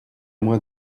moi